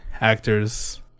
actors